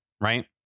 right